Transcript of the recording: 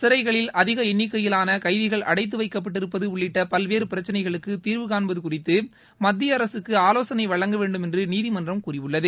சிறைகளில் அதிக எண்ணிக்கையிலான கைதிகள் அடைத்து வைக்கப்பட்டிருப்பது உள்ளிட்ட பல்வேறு பிரச்சினைகளுக்கு தீர்வுகாண்பது குறித்து மத்தியஅரசுக்கு ஆலோசனை வழங்கவேண்டும் என்று நீதிமன்றம் கூறியுள்ளது